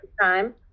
time